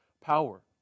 power